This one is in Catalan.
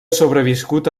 sobreviscut